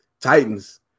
Titans